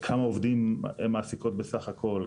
כמה עובדים הן מעסיקות בסך הכול?